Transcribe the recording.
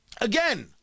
Again